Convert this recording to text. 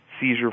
seizure